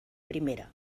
primera